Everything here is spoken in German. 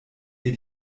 ihr